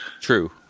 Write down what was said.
True